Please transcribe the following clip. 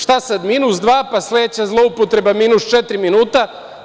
Šta sad, minus dva, pa sledeća zloupotreba minus četiri minuta?